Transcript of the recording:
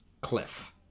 cliff